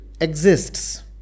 exists